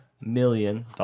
million